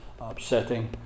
upsetting